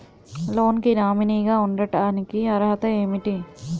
Loan కి nominee గా ఉండటానికి అర్హత ఏమిటి?